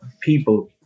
people